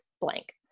blank